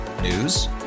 News